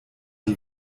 die